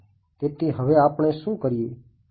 તેથી હવે આપણે શું કરીએ